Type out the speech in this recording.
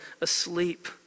asleep